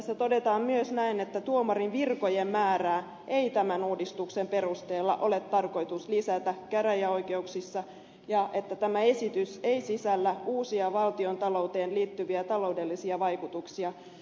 tässä todetaan myös näin ettei tuomarin virkojen määrää tämän uudistuksen perusteella ole tarkoitus lisätä käräjäoikeuksissa ja ettei esitys sisällä uusia valtiontalouteen liittyviä taloudellisia vaikutuksia